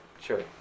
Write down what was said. Sure